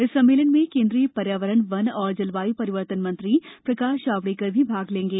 इस सम्मेलन में केन्द्रीय पर्यावरण वन और जलवाय् परिवर्तन मंत्री प्रकाश जावड़ेकर भी भाग लेंगे